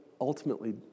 ultimately